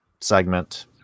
segment